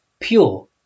pure